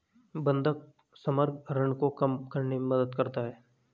बंधक समग्र ऋण को कम करने में मदद करता है